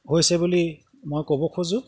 হৈছে বুলি মই ক'ব খোজোঁ